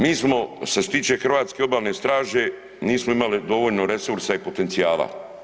Mi smo što se tiče hrvatske obalne straže nismo imali dovoljno resursa i potencijala.